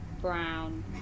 brown